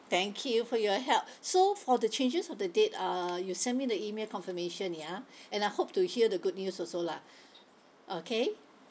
thank you for your help so for the changes of the date uh you send me the email confirmation ya and I hope to hear the good news also lah okay